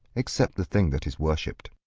except the thing that is worshipped.